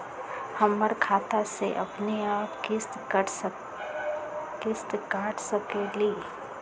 हमर खाता से अपनेआप किस्त काट सकेली?